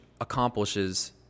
accomplishes